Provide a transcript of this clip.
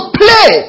play